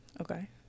Okay